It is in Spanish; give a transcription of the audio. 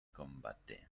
combate